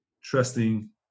trusting